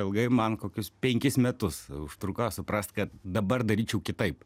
ilgai man kokius penkis metus užtruko suprast kad dabar daryčiau kitaip